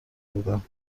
بودم